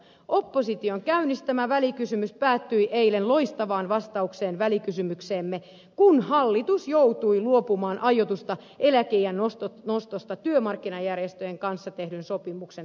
opposition käynnistämä välikysymys päättyi eilen loistavaan vastaukseen välikysymykseemme kun hallitus joutui luopumaan aiotusta eläkeiän nostosta työmarkkinajärjestöjen kanssa tehdyn sopimuksen tuloksena